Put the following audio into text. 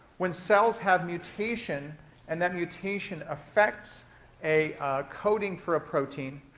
when cells have mutation and that mutation affects a a coding for a protein,